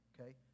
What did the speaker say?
okay